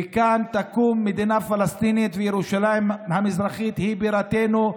וכאן תקום מדינה פלסטינית וירושלים המזרחית היא בירתנו,